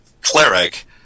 cleric